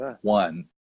one